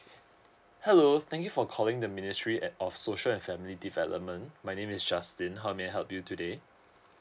hello thank you for calling the ministry at of social family development my name is justin how may I help you today